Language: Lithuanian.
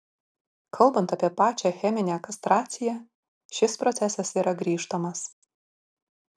kalbant apie pačią cheminę kastraciją šis procesas yra grįžtamas